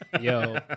yo